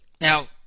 Now